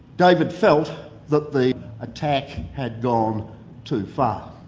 david felt that the attack had gone too far.